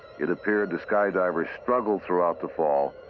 it appeared the skydiver struggled throughout the fall,